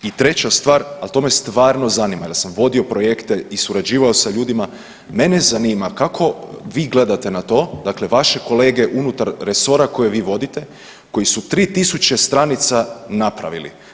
I treća stvar, ali to me stvarno zanima jer sam vodio projekte i surađivao sa ljudima, mene zanima kako vi gledate na to dakle vaše kolege unutar resora koje vi vodite koji su 3000 stranica napravili.